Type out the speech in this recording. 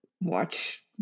watch